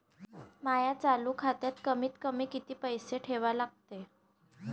माया चालू खात्यात कमीत कमी किती पैसे ठेवा लागते?